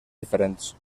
diferents